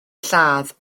lladd